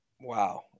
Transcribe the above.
wow